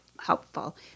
helpful